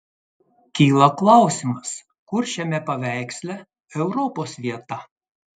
kyla klausimas kur šiame paveiksle europos vieta